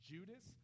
Judas